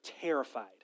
terrified